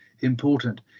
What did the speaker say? important